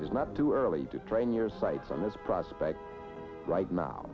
is not too early to train your sights on this prospect right now